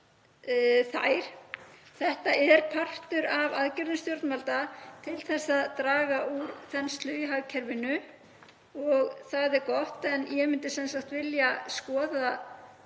Þetta er partur af aðgerðum stjórnvalda til að draga úr þenslu í hagkerfinu og það er gott. En ég myndi sem sagt vilja skoða